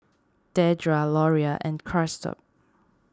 Dedra Loria and Christop